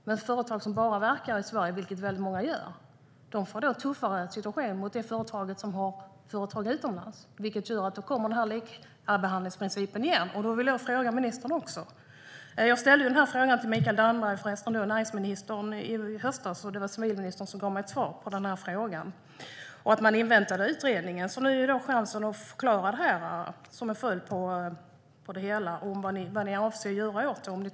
Men företag som bara verkar i Sverige, vilket många gör, får en tuffare situation än det företag som har verksamhet utomlands. Då kommer likabehandlingsprincipen igen. Jag vill ställa en fråga till ministern. Jag ställde den till näringsminister Mikael Damberg i höstas, och det var civilministern som gav mig svaret att man inväntar utredningen. Nu finns chansen att som en följd på det hela förklara här vad ni avser att göra åt det, Ardalan Shekarabi.